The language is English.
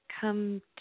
come